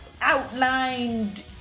outlined